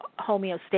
homeostasis